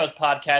podcast